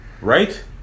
Right